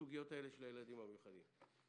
בסוגיית הילדים המיוחדים.